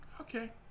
Okay